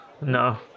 No